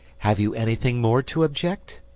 have you anything more to object?